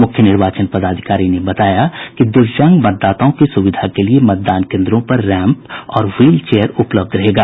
मुख्य निर्वाचन पदाधिकारी ने बताया कि दिव्यांग मतदाताओं की सुविधा के लिये मतदान केन्द्रों पर रैंप और व्हील चेयर उपलब्ध रहेगा